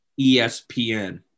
ESPN